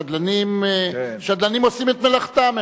שדלנים עושים את מלאכתם,